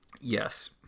Yes